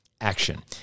action